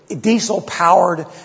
diesel-powered